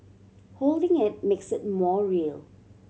holding it makes it more real